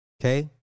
okay